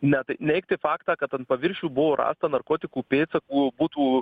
ne tai neigti faktą kad ant paviršių buvo rasta narkotikų pėdsakų būtų